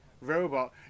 robot